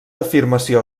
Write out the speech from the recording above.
afirmació